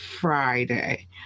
Friday